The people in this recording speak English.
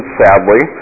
sadly